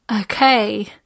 okay